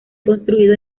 construido